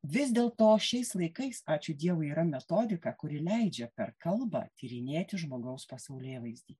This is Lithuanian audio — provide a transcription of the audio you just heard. vis dėl to šiais laikais ačiū dievui yra metodika kuri leidžia per kalbą tyrinėti žmogaus pasaulėvaizdį